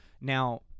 Now